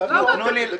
למה אתם --- רגע.